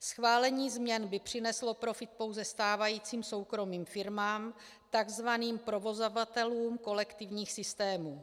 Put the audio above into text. Schválení změn by přineslo profit pouze stávajícím soukromým firmám, tzv. provozovatelům kolektivních systémů.